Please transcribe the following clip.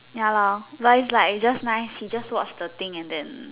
ya lor but it's like just nice he just watch the thing and then